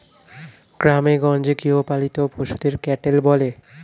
গ্রামেগঞ্জে গৃহপালিত পশুদের ক্যাটেল বলে